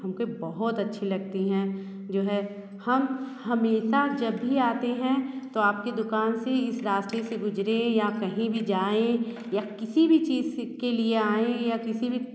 हमको बहुत अच्छी लगती हैं जो है हम हमेशा जब भी आते हैं तो आपके दुकान से इस रास्ते से गुजरें या कहीं भी जाएँ या किसी भी चीज़ के लिए आएँ या किसी भी